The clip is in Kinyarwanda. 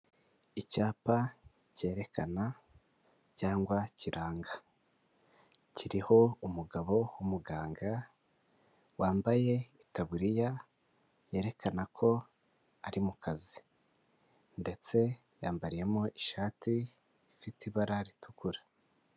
Icyapa cyerekana cyangwa kiranga kiriho umugabo w'umuganga wambaye itaburiya yerekana ko ari mu kazi ndetse yambariyemo ishati ifite ibara ritukura.